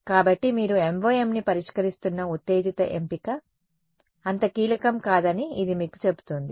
కాబట్టి మీరు MoMని పరిష్కరిస్తున్న ఉత్తేజిత ఎంపిక అంత కీలకం కాదని ఇది మాకు చెబుతుంది